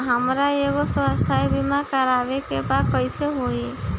हमरा एगो स्वास्थ्य बीमा करवाए के बा कइसे होई?